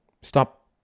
Stop